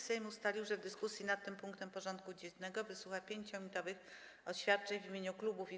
Sejm ustalił, że w dyskusji nad tym punktem porządku dziennego wysłucha 5-minutowych oświadczeń w imieniu klubów i kół.